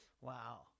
Wow